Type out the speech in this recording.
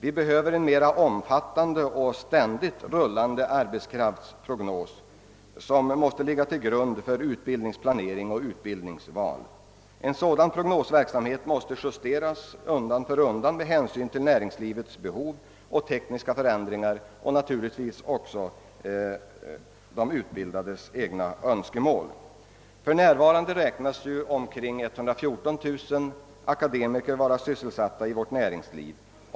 Vi behöver en mer omfattande och ständigt rullande arbetskraftsprognos, som måste ligga till grund för utbildningsplanering och utbildningsval. En sådan prognosverksamhet måste justeras undan för undan med hänsyn till näringslivets behov och tekniska förändringar och naturligtvis även med hänsyn till de utbildades egna öÖönskemål. För närvarande beräknas omkring 114 000 akademiker vara sysselsatta 1 vårt näringsliv.